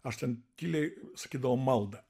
aš ten tyliai sakydavau maldą